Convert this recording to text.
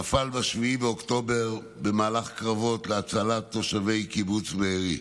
ונפל ב-7 באוקטובר במהלך קרבות להצלת תושבי קיבוץ בארי.